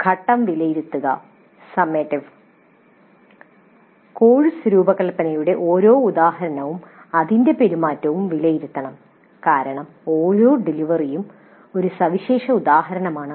ഘട്ടം വിലയിരുത്തുക summative course രൂപകൽപ്പനയുടെ ഓരോ ഉദാഹരണവും അതിന്റെ പെരുമാറ്റവും വിലയിരുത്തണം കാരണം ഓരോ ഡെലിവറിയും ഒരു സവിശേഷ ഉദാഹരണമാണ്